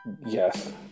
Yes